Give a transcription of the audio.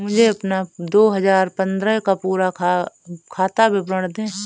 मुझे अपना दो हजार पन्द्रह का पूरा खाता विवरण दिखाएँ?